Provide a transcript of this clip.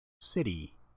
city